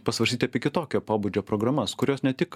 pasvarstyti apie kitokio pobūdžio programas kurios ne tik